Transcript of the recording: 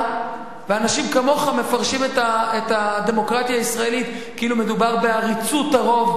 ואנשים כמוך מפרשים את הדמוקרטיה הישראלית כאילו מדובר בעריצות הרוב,